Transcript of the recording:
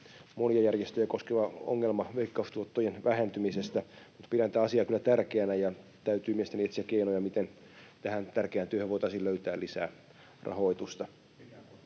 monia järjestöjä koskeva ongelma veikkaustuottojen vähentymisestä. Mutta pidän tätä asiaa kyllä tärkeänä, ja täytyy mielestäni etsiä keinoja, miten tähän tärkeään työhön voitaisiin löytää lisää rahoitusta.